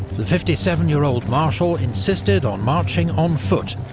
the fifty seven year old marshal insisted on marching on foot,